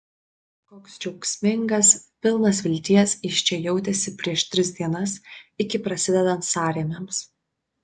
koks džiaugsmingas pilnas vilties jis čia jautėsi prieš tris dienas iki prasidedant sąrėmiams